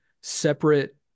separate